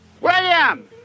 William